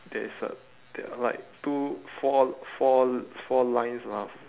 there is a there are like two four four four lines of